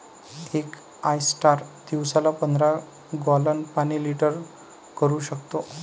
एक ऑयस्टर दिवसाला पंधरा गॅलन पाणी फिल्टर करू शकतो